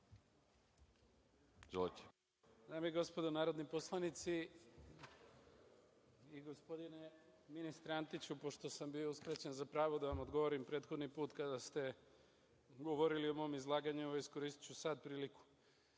Dame i gospodo narodni poslanici, gospodine ministre Antiću, pošto sam bio uskraćen za pravo da vam odgovorim prethodni put kada ste govorili o mom izlaganju, iskoristiću sada priliku.